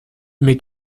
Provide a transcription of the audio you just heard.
mais